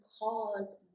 cause